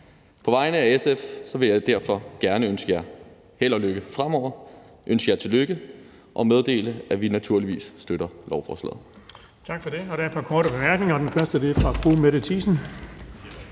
På vegne af SF vil jeg derfor gerne ønske jer held og lykke fremover, ønske jer tillykke og meddele, at vi naturligvis støtter lovforslaget.